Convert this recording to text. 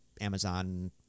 Amazon